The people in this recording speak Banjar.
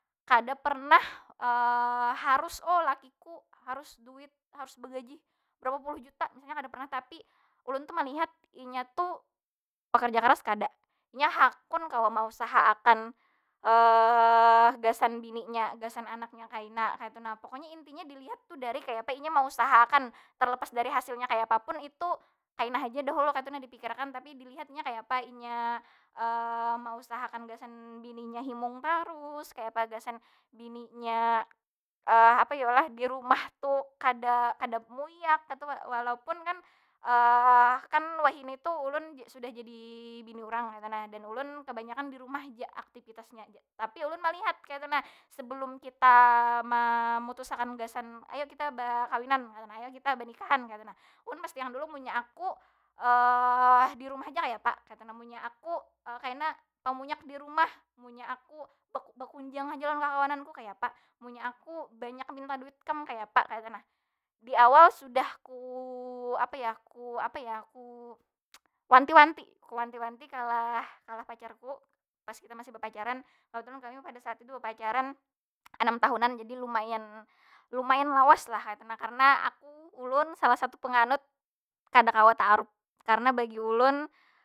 Kada pernah harus, oh lakiku harus duit, haru bagajih bara puluh juta, misalnya. Kada pernah, tapi ulun tu malihat inya tu pakarja keras kada? Inya hakun kawa mausaha akan gasan bininya, gasan anaknya kaina, kaytu nah. Pokonya intinya dilihat tu dari kayapa inya mausahakan. Terlepas dari hasilnya kayapa pun itu kayna haja dahulu kaytu na dipikir akan. Tapi dilihat inya kayapa inya mausahakan gasan bininya himung tarus, kayapa gasan bininya apa yu lah? Di rumah tu kada- kada muyak kaytu, walaupun kan kan wahini tu ulun sudah jadi bini urang kaytu nah. Dan ulun kabanyakan di rumah ja aktipitasnya. Tapi ulun malihat kaytu nah, sebelum kita mamutus akan gasan, ayo kita bakawinan, kaytu nah. Ayo kita banikahan kaytu nah. munnya aku di rumah haja kaya apa kaytu nah. Munnya aku kaina tamunyak di rumah, munnya aku bekunjang haja lawan kakawananku kayapa? Munnya aku banyak minta duit kam kaya apa, kaytu nah. Di awal sudah ku, apa ya? Apa ya? Ku wanti- wanti, ku wanti- wanti kalah pacarku, pas kita masih bapacaran. Kebetulan kami pada saat itu bapacaran anam tahunan, jadi lumayan- lumayan lawas lah kaytu nah. Karena aku, ulun salah satu penganut kada kawa taaruf. Karena bagi ulun.